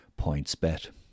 PointsBet